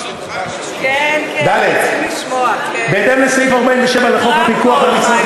89. חוק חינוך ממלכתי,